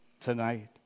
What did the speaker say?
tonight